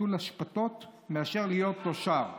חתול אשפתות, יותר מאשר להיות תושב.